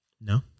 No